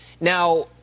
Now